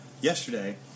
yesterday